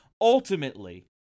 Ultimately